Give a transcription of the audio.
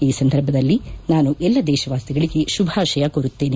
ಈ ಸಂದರ್ಭದಲ್ಲಿ ನಾನು ಎಲ್ಲ ದೇಶವಾಸಿಗಳಿಗೆ ಶುಭಾಶಯ ಕೋರುತ್ತೇನೆ